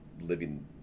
living